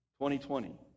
2020